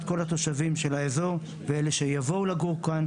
התושבים של האזור ואילו שיגיעו לגור כאן.